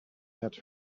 had